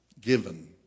given